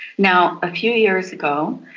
now, a few years ago,